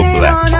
Black